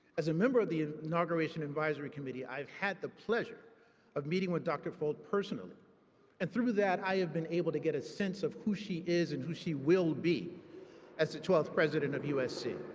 as a member of the inauguration advisory committee, i have had the pleasure of meeting with dr. folt personally and through that, i have been able to get a sense of who she is and who she will be as the twelfth president of usc.